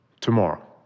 tomorrow